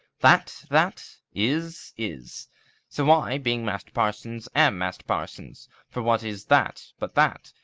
that that is is so i, being master parson, am master parson for, what is that but that,